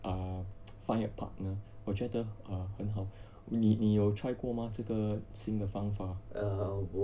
uh find a partner 我觉得 uh 很好你你有 try 过嘛这个新的方法